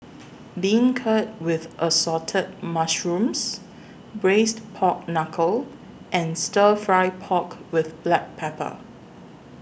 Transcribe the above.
Beancurd with Assorted Mushrooms Braised Pork Knuckle and Stir Fry Pork with Black Pepper